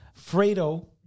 fredo